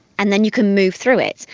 and then you can move through it.